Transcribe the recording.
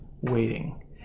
waiting